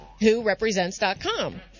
WhoRepresents.com